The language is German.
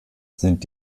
sind